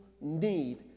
need